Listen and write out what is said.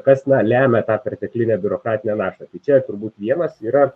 kas lemia tą perteklinę biurokratinę naštą tai čia turbūt vienas yra